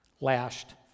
lashed